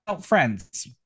friends